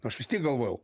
aš vis tiek galvojau